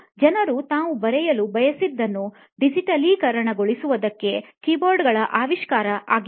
ಜನರು ತಾವು ಬರೆಯಲು ಬಯಸಿದ್ದನ್ನು ಡಿಜಿಟಲೀಕರಣಗೊಳಿಸುವುದಕ್ಕೆ ಕೀಬೋರ್ಡ್ಗಳ ಆವಿಷ್ಕಾರವು ಆಗಿತ್ತು